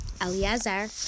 Eliezer